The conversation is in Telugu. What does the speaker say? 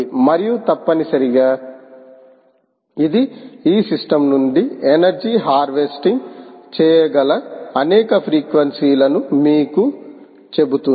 మరియు తప్పనిసరిగా ఇది ఈ సిస్టమ్ నుండి ఎనర్జ హార్వెస్టింగ్ చేయగల అనేక ఫ్రీక్వెన్సీ లను మీకు చెబుతుంది